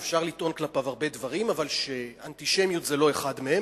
שאפשר לטעון כלפיו הרבה דברים אבל אנטישמיות היא לא אחד מהם,